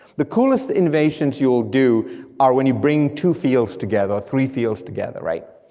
the coolest innovations you'll do are when you bring two fields together, three fields together, right.